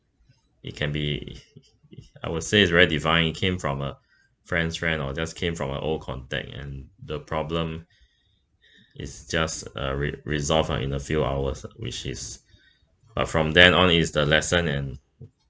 it can be I would say is very divine it came from a friend's friend or just came from an old contact and the problem is just uh re~ resolved ah in a few hours lah which is uh from then on is the lesson and